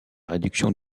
réduction